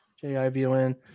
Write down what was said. J-I-V-O-N